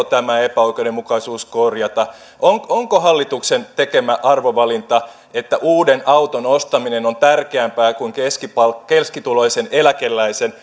tämä epäoikeudenmukaisuus korjata onko se hallituksen tekemä arvovalinta oikea että uuden auton ostaminen on tärkeämpää kuin keskituloisen eläkeläisen